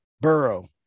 Burrow